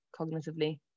cognitively